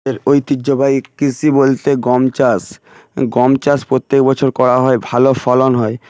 এর ঐতিহ্যবাহী কৃষি বলতে গম চাষ গম চাষ প্রত্যেক বছর করা হয় ভালো ফলন হয়